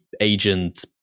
agent